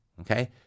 okay